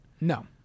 No